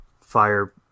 fire